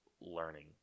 learning